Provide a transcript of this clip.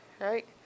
right